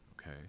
okay